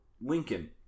Lincoln